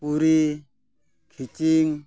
ᱯᱩᱨᱤ ᱠᱷᱤᱪᱤᱝ